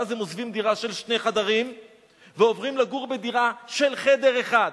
ואז הם עוזבים דירה של שני חדרים ועוברים לגור בדירה של חדר אחד.